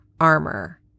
armor